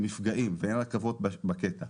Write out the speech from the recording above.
מפגעים ואין רכבות בקטע,